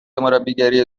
مربیگری